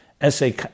essay